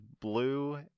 blue